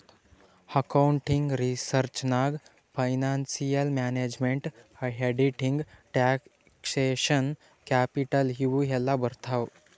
accounting research ನಾಗ್ financial management, auditing, taxation, capital ಇವು ಎಲ್ಲಾ ಬರ್ತಾವ್